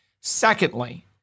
Secondly